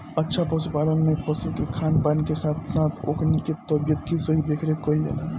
अच्छा पशुपालन में पशु के खान पान के साथ साथ ओकनी के तबियत के सही देखरेख कईल जाला